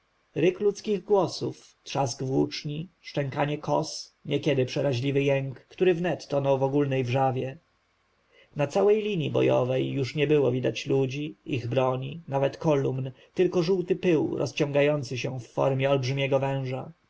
ryk ludzkich głosów trzask włóczni szczękanie kos niekiedy przeraźliwy jęk który wnet tonął w ogólnej wrzawie na całej linji bojowej już nie było widać ludzi ich broni nawet kolumn tylko żółty pył rozciągający się w formie olbrzymiego węża